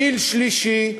גיל שלישי,